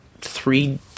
three